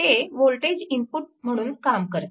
ते voltage input म्हणून काम करते